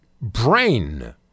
brain